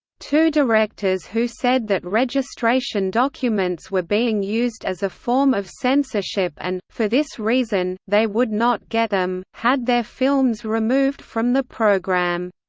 two directors who said that registration documents were being used as a form of censorship and, for this reason, they would not get them, had their films removed from the programme.